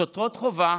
שוטרות חובה,